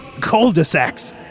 cul-de-sacs